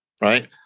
right